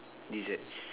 deserts